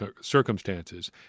circumstances